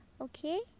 Okay